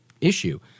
issue